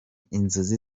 inzozi